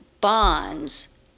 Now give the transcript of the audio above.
bonds